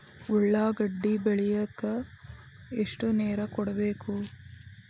ಉಳ್ಳಾಗಡ್ಡಿ ಬೆಳಿಲಿಕ್ಕೆ ಎಷ್ಟು ನೇರ ಕೊಡಬೇಕು?